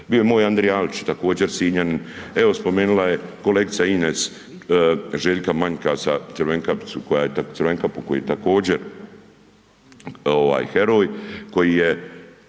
bio je moj Andrija … također Sinjanin. Evo spomenula je kolegica Ines Željka Manjkasa Crvenkapu koji je također heroj, koji je